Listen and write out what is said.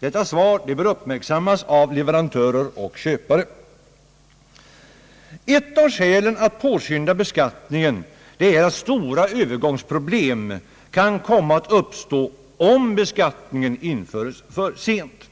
Detta svar bör uppmärksammas av leverantörer och köpare, Ett av skälen till att beskattningens införande bör påskyndas är att stora övergångsproblem kan komma att uppstå, om beskattningen kommer till för sent.